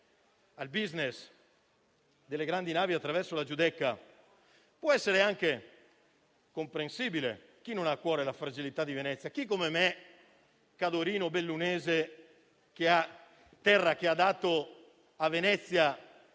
al *business* delle grandi navi attraverso la Giudecca può essere anche comprensibile (chi non ha cuore la fragilità di Venezia, chi più di me, cadorino-bellunese, terra che ha dato a Venezia